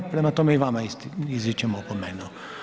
Prema tome, i vama izričem opomenu.